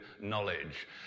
knowledge